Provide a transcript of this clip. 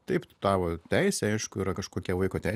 taip tavo teisė aišku yra kažkokia vaiko teisių